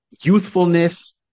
youthfulness